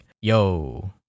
yo